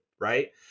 Right